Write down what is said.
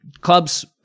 Clubs